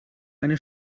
eine